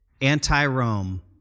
anti-Rome